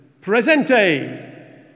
Presente